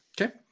okay